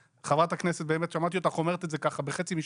חברת הכנסת, שמעתי אותך אומרת את זה בחצי משפט,